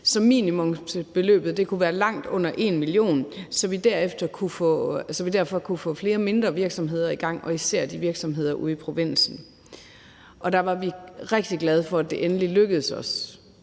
minimumsbeløbet kunne være langt under 1 mio. kr., så vi derfor kunne få flere mindre virksomheder i gang og især virksomheder ude i provinsen, og der var vi rigtig glade for, at det endelig lykkedes os,